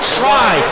try